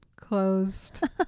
Closed